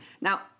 Now